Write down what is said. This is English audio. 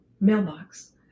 mailbox